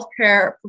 healthcare